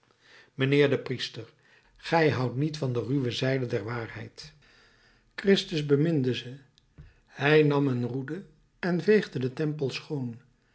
mijnheer de priester gij houdt niet van de ruwe zijde der waarheid christus beminde ze hij nam een roede en veegde den tempel schoon